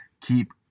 keep